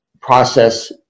process